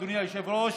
אדוני היושב-ראש,